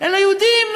אלא יהודים,